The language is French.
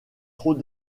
trop